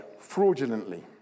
fraudulently